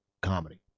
comedy